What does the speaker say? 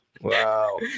Wow